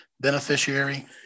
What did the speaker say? beneficiary